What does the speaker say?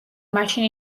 მაშინ